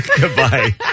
Goodbye